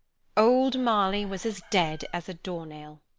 old marley was as dead as a door-nail.